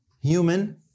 human